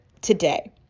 today